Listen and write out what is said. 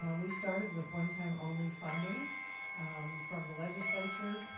um we started with one time only funding from the legislature.